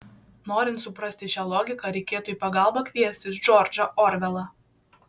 norint suprasti šią logiką reikėtų į pagalbą kviestis džordžą orvelą